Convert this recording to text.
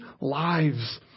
lives